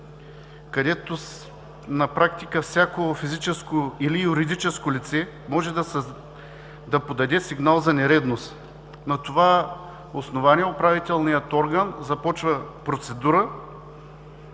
където на практика всяко физическо или юридическо лице може да подаде сигнал за нередност. На това основание управителният орган започва процедура,